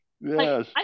Yes